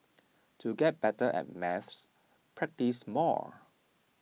to get better at maths practise more